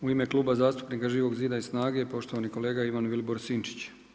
U ime Kluba zastupnika Živog zida i SNAGA-e poštovani kolega Ivan Vilibor Sinčić.